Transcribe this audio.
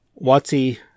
Watsy